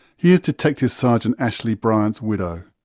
here's detective sergeant ashley bryant's widow,